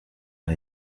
aba